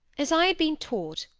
as i had been taught,